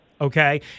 Okay